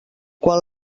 quan